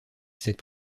cette